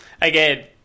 again